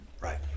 right